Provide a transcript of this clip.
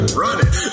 running